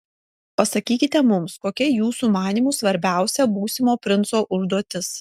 pasakykite mums kokia jūsų manymu svarbiausia būsimo princo užduotis